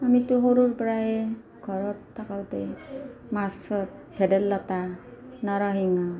আমিতো সৰুৰ পৰাই ঘৰত থাকোঁতে মাছত ভেদাইলতা নৰসিংহ